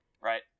Right